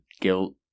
guilt